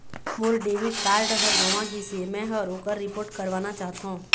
मोर debit card ह गंवा गिसे, मै ह ओकर रिपोर्ट करवाना चाहथों